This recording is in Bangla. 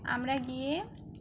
আমরা গিয়ে